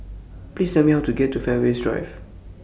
Please Tell Me How to get to Fairways Drive